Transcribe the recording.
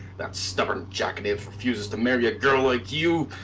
that stubborn jackanapes refuse to marry a girl like you!